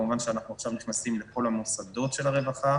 כמובן שאנחנו עכשיו נכנסים לכל המוסדות של הרווחה